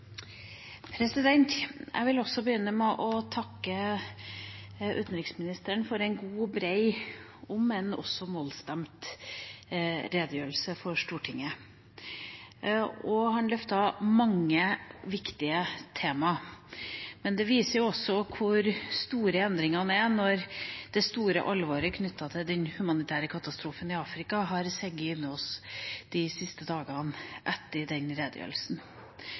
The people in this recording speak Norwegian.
Jeg vil også begynne med å takke utenriksministeren for en god og bred – om enn også mollstemt – redegjørelse for Stortinget. Han løftet mange viktige tema. Hvor store endringene er, viser seg når det store alvoret knyttet til den humanitære katastrofen i Afrika har seget innover oss de siste dagene etter denne redegjørelsen.